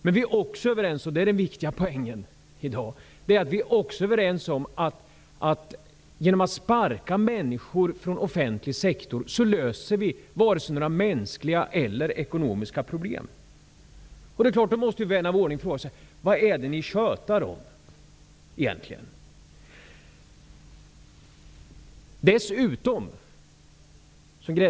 Det viktiga i dag är det faktum att vi också är överens om att vi genom att sparka människor från offentlig sektor varken löser några mänskliga eller några ekonomiska problem. Då måste ju vän av ordning fråga sig: Vad är det egentligen ni tjatar om?